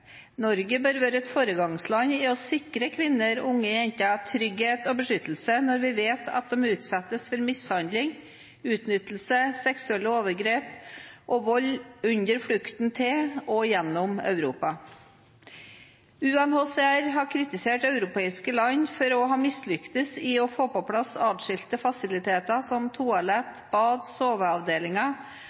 Norge bør være et foregangsland i å sikre kvinner og unge jenter trygghet og beskyttelse når vi vet at de utsettes for mishandling, utnyttelse, seksuelle overgrep og vold under flukten til og gjennom Europa. UNHCR har kritisert europeiske land for å ha mislyktes i å få på plass adskilte fasiliteter som toalett, bad,